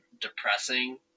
depressing